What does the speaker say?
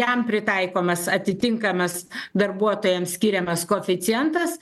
jam pritaikomas atitinkamas darbuotojams skiriamas koeficientas